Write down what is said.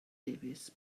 davies